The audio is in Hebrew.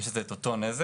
יש לזה את אותו נזק.